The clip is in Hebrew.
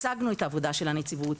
הצגנו את העבודה של הנציבות,